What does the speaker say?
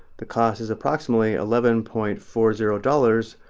the cost is approximately eleven point four zero dollars,